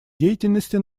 деятельности